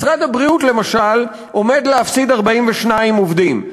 משרד הבריאות למשל עומד להפסיד 42 עובדים.